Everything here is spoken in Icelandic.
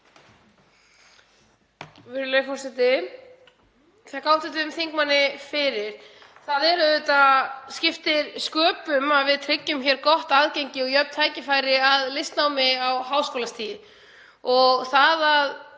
Ég þakka hv. þingmanni fyrir. Auðvitað skiptir sköpum að við tryggjum hér gott aðgengi og jöfn tækifæri að listnámi á háskólastigi.